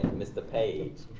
mr. paige.